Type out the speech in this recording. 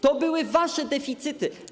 To były wasze deficyty.